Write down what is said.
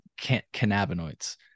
cannabinoids